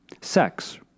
sex